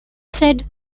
said